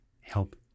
help